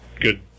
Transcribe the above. good